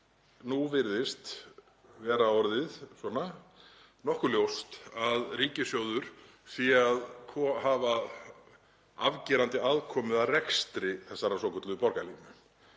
nú virðist vera orðið svona nokkuð ljóst að ríkissjóður sé að hafa afgerandi aðkomu að rekstri þessarar svokölluðu borgarlínu.